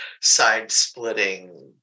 side-splitting